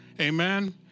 Amen